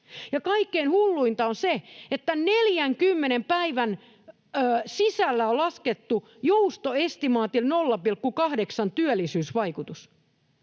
kaikkein hulluinta on se, että 40 päivän sisällä on laskettu työllisyysvaikutus